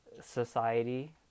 society